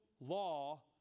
law